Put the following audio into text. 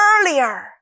earlier